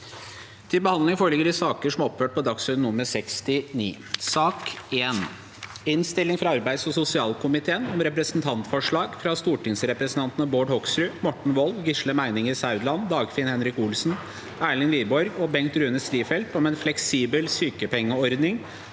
d G ha ra hk hani D a g s o r d e n (nr. 69): 1. Innstilling fra arbeids- og sosialkomiteen om Representantforslag fra stortingsrepresentantene Bård Hoksrud, Morten Wold, Gisle Meininger Saudland, Dagfinn Henrik Olsen, Erlend Wiborg og Bengt Rune Strifeldt om en fleksibel sykepengeordning